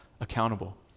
accountable